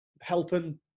helping